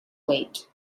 weight